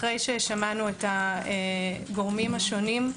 אחרי ששמענו את הגורמים השונים,